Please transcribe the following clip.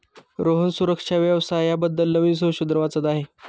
रोहन सुरक्षा व्यवसाया बद्दल नवीन संशोधन वाचत आहे